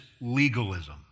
legalism